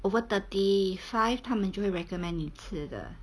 over thirty five 他们就会 recommend 你吃的